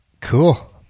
Cool